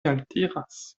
altiras